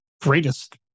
greatest